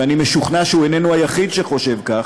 ואני משוכנע שהוא איננו היחיד שחושב כך,